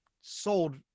sold